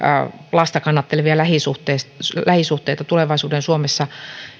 lasta kannattelevia lähisuhteita lähisuhteita tulevaisuuden suomessa